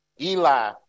Eli